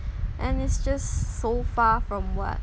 and it's just so far from what